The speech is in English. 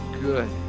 good